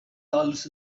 dollars